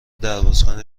دربازکن